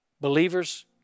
Believers